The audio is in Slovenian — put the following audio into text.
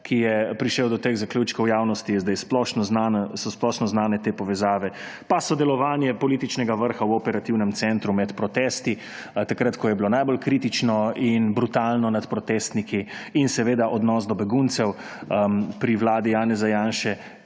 ki je prišel do teh zaključkov, javnosti so zdaj splošno znane te povezave. Pa sodelovanje političnega vrha v operativnem centru med protesti, ko je bilo najbolj kritično in brutalno nad protestniki. In seveda odnos do beguncev pri vladi Janeza Janše,